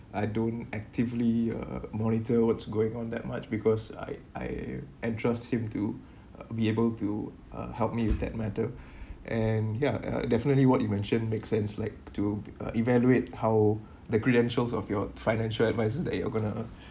I don't actively uh monitor what's going on that much because I I entrust him to uh be able to uh help me with that matter and ya uh definitely what you mention make sense like to uh evaluate how the credentials of your financial adviser that you're going to